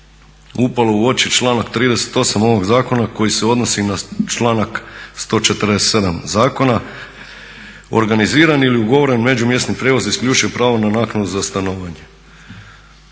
upalo u oči članak 38.ovog zakona koji se odnosi na članak 147.zakona, organizirani ili ugovoreni međumjesni prijevoz isključuje pravo na naknadu za stanovanje.